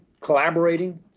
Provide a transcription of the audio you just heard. collaborating